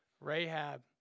Rahab